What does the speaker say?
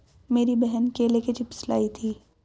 मेरी बहन केले के चिप्स लाई थी